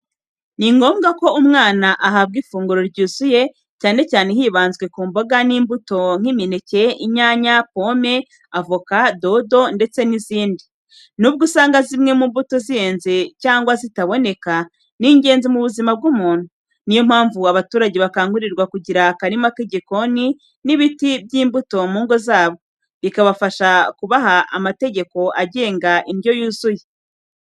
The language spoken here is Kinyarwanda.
Ni ngombwa ko umwana ahabwa ifunguro ryuzuye, cyane cyane hibanzwe ku mboga n’imbuto nk’imineke, inyanya, pome, avoka, dodo ndetse n’izindi. Nubwo usanga zimwe mu mbuto zihenze cyangwa zitaboneka, ni ingenzi mu buzima bw’umuntu. Niyo mpamvu abaturage bakangurirwa kugira akarima k’igikoni n’ibiti by’imbuto mu ngo zabo, bikabafasha kubaha amategeko agenga indyo yuzuye.